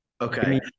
Okay